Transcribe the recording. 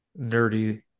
nerdy